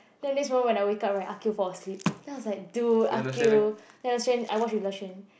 then next when I was wake up right Akeel fall asleep then I was like dude Akeel then I watch with Le-Chuan